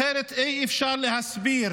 אחרת אי-אפשר להסביר